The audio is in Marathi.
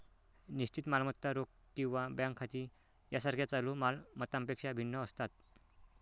निश्चित मालमत्ता रोख किंवा बँक खाती यासारख्या चालू माल मत्तांपेक्षा भिन्न असतात